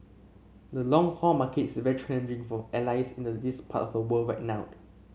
the long haul market is very challenging for airlines in the this part of a world wide now